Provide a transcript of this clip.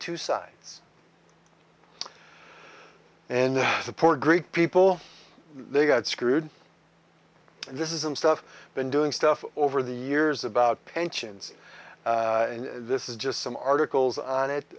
two sides and the poor greek people they got screwed this is i'm stuff been doing stuff over the years about pensions and this is just some articles on it